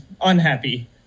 unhappy